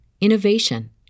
innovation